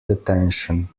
detention